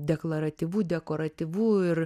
deklaratyvu dekoratyvu ir